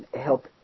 help